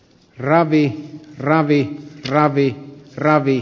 ravi kc ravi kc ravi kc ravi